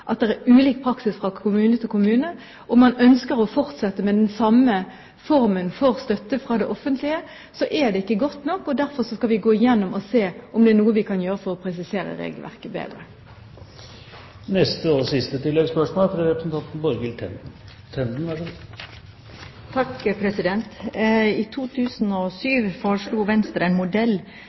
at det er ulik praksis fra kommune til kommune og man ønsker å fortsette med den samme formen for støtte fra det offentlige, er det ikke godt nok. Derfor skal vi gå igjennom og se på om det er noe vi kan gjøre for å presisere regelverket bedre. Borghild Tenden – til oppfølgingsspørsmål. I 2007 foreslo Venstre en modell